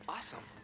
Awesome